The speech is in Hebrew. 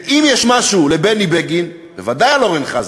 ואם יש משהו לבני בגין, בוודאי על אורן חזן,